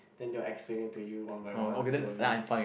then they'll explain it to you one by one slowly